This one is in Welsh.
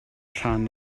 rhan